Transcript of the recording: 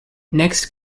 next